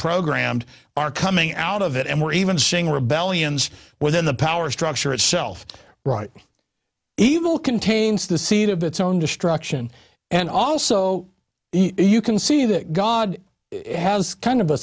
programmed are coming out of it and we're even seeing rebellions within the power structure itself right evil contains the seed of its own destruction and also you can see that god has kind of a